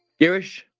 Girish